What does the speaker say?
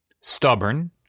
stubborn